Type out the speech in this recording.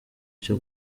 cyo